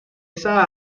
esa